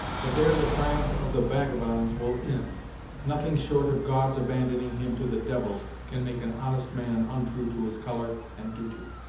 but there the triumph of the vagabonds will ind nothing short of god's abandoning him to the devils can make an honest man ontrue to his colour and duty.